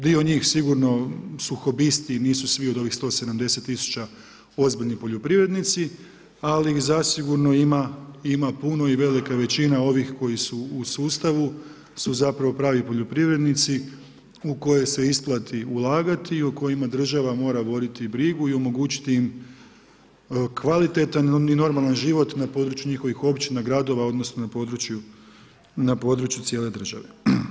Dio njih sigurno su hobisti, nisu svi od ovih 170000 ozbiljni poljoprivrednici, ali ih zasigurno ima putno i velika većina njih ovih koji su u sustavu su zapravo pravi poljoprivrednici u koje se isplati ulagati i u kojima država mora voditi brigu i omogućiti im kvalitetan i normalan život, na području njihovih općina, gradova, odnosno, na području cijele države.